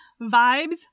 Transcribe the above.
vibes